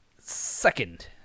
second